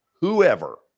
whoever